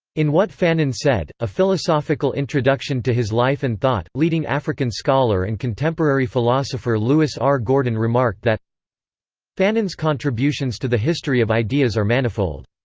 in what fanon said a philosophical introduction to his life and thought, leading african scholar and contemporary philosopher lewis r. gordon remarked that fanon's contributions to the history of ideas are manifold.